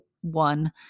one